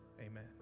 amen